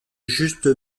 juste